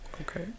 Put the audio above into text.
Okay